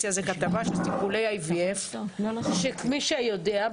עשיתי כתבה על טיפולי IVF. למי שיודע,